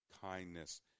kindness